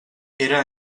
era